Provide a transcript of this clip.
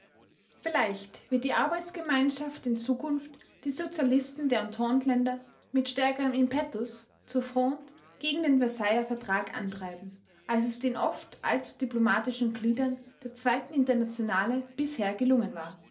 vielleicht wird die arbeitsgemeinschaft in zukunft die sozialisten der ententeländer mit stärkerem impetus zur fronde gegen den versailler vertrag antreiben als es den oft allzu diplomatischen gliedern der zweiten internationale bisher gelungen war